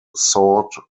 sought